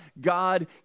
God